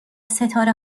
ستاره